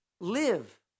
Live